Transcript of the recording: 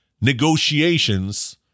negotiations